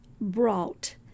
brought